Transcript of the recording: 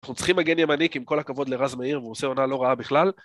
אנחנו צריכים מגן ימני כי עם כל הכבוד לרז מאיר והוא עושה עונה לא רעה בכלל